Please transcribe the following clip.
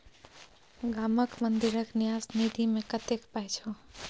गामक मंदिरक न्यास निधिमे कतेक पाय छौ